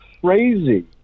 crazy